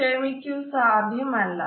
ക്ഷമിക്കു സാധ്യമല്ല